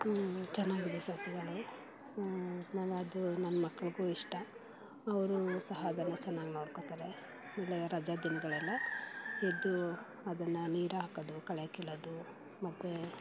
ಹೂವು ಚೆನ್ನಾಗಿದೆ ಸಸಿಗಳು ಹೂವು ನಾನು ಅದು ನನ್ನ ಮಕ್ಕಳಿಗೂ ಇಷ್ಟ ಅವರು ಸಹ ಅದನ್ನು ಚೆನ್ನಾಗಿ ನೋಡ್ಕೊಳ್ತಾರೆ ರಜಾದ ದಿನಗಳಲ್ಲಿ ಎದ್ದು ಅದನ್ನು ನೀರು ಹಾಕೋದು ಕಳೆ ಕೀಳೋದು ಮತ್ತು